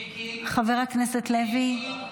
חבר הכנסת לוי?